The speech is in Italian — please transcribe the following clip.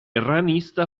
ranista